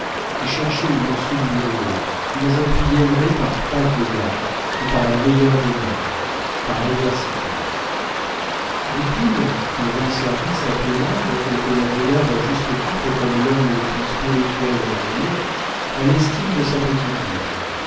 et cherchez une ursule mirouët une jeune fille élevée par trois vieillards et par la meilleure des mères par l'adversité goupil qui rend service à tout le monde et que l'on regarde à juste titre comme l'homme le plus spirituel de nemours a l'estime de sa petite ville